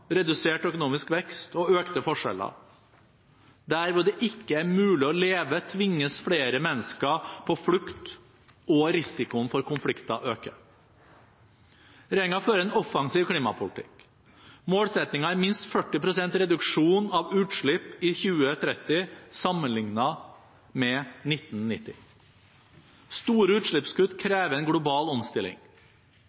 redusert økonomisk vekst og økte forskjeller. Der det ikke er mulig å leve, tvinges flere mennesker på flukt, og risikoen for konflikter øker. Regjeringen fører en offensiv klimapolitikk. Målsettingen er minst 40 pst. reduksjon av utslipp i 2030 sammenlignet med 1990. Store utslippskutt krever en global omstilling.